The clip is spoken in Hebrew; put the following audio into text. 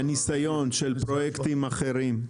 מהניסיון של פרויקטים אחרים.